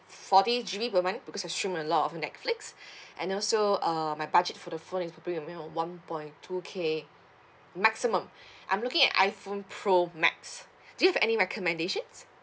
forty G_B per month because I stream a lot of netflix and also uh my budget for the premium one point two K maximum I'm looking iphone pro max do you have any recommendations